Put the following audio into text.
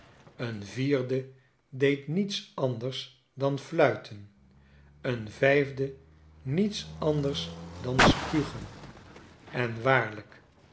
een vierde deed niets anders dan fluiten een vijfde niets anders dan spugen en waarlijk